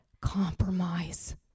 compromise